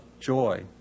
joy